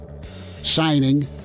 signing